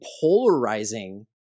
polarizing